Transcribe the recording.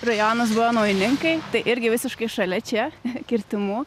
rajonas buvo naujininkai tai irgi visiškai šalia čia kirtimų